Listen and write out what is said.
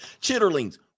Chitterlings